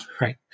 right